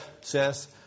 says